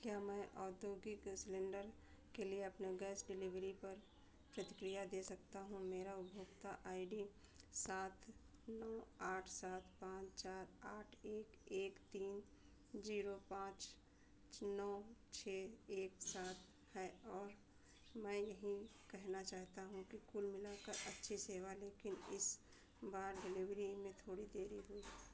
क्या मैं औद्योगिक सिलेण्डर के लिए अपने गैस डिलिवरी पर प्रतिक्रिया दे सकता हूँ मेरा उपभोक्ता आई डी सात नौ आठ सात पाँच चार आठ एक एक तीन ज़ीरो पाँच नौ छह एक सात है और मैं यही कहना चाहता हूँ कि कुल मिलाकर अच्छी सेवा लेकिन इस बार डिलिवरी में थोड़ी देरी हुई